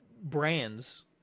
brands